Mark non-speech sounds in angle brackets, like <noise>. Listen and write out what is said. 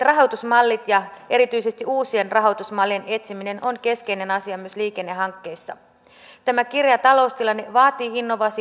<unintelligible> rahoitusmallit ja erityisesti uusien rahoitusmallien etsiminen ovat keskeinen asia myös liikennehankkeissa tämä kireä taloustilanne vaatii